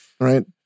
right